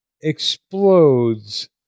explodes